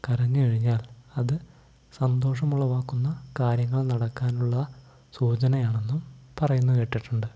കരഞ്ഞുകഴിഞ്ഞാൽ അതു സന്തോഷമുളവാക്കുന്ന കാര്യങ്ങൾ നടക്കാനുള്ള സൂചനയാണെന്നും പറയുന്നതു കേട്ടിട്ടുണ്ട്